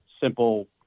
simple